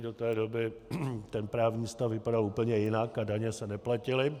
Do té doby ten právní stav vypadal úplně jinak a daně se neplatily.